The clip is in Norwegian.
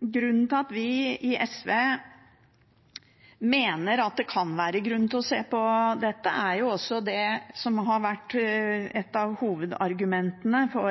Grunnen til at vi i SV mener at det kan være grunn til å se på dette, er det som har vært et av hovedargumentene for